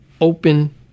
open